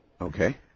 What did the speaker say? okay